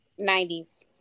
90s